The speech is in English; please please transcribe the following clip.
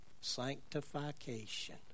Sanctification